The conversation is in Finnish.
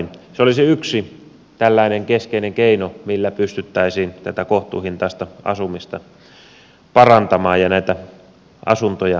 se olisi yksi tällainen keskeinen keino millä pystyttäisiin tätä kohtuuhintaista asumista parantamaan ja näitä asuntoja tekemään